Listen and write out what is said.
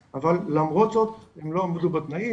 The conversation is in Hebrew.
למרות זאת הם לא עמדו בתנאים.